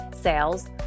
sales